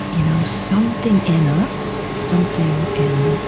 you know something in us, something in